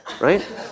right